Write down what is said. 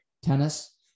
tennis